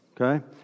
Okay